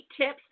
tips